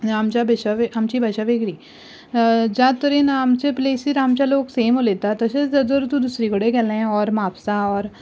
आनी आमच्या आमची भाशा वेगळी ज्या तरेन आमच्या प्लेसीर आमचे लोक सेम उलयता तशेंच जर धर तूं दुसरे कडेन गेलें ओर म्हापसा ओर